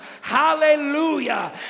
hallelujah